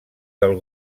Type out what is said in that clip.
del